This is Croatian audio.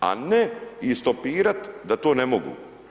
A ne ih stopirati da to ne mogu.